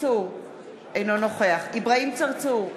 אינו נוכח אברהים צרצור,